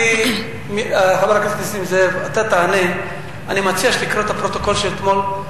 אתה תענה לו כשיגיע תורך לדבר.